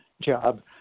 job